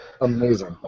amazing